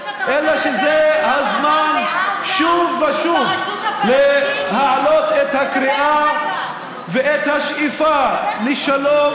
אלא שזה הזמן שוב ושוב להעלות את הקריאה ואת השאיפה לשלום